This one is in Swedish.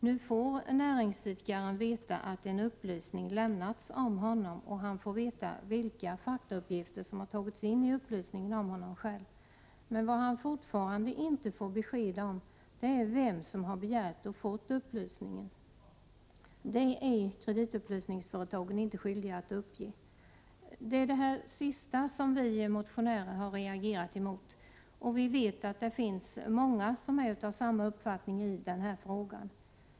Nu får näringsidkaren veta att en upplysning lämnats om honom, och han får veta vilka faktauppgifter som har tagits in i upplysningen om honom själv. Men vad han fortfarande inte får besked om, det är vem som har begärt och fått upplysningen. Det är kreditupplysningsföretagen inte skyldiga att uppge. Det är det sista som vi motionärer har reagerat mot, och vi vet att det finns många som har samma uppfattning i denna fråga.